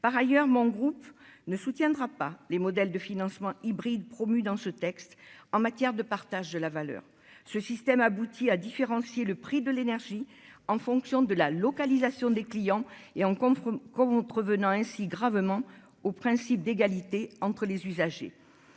par ailleurs mon groupe ne soutiendra pas les modèles de financement hybride promu dans ce texte, en matière de partage de la valeur ce système aboutit à différencier le prix de l'énergie en fonction de la localisation des clients et en compte, contrevenant ainsi gravement au principe d'égalité entre les usagers